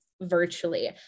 virtually